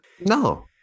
No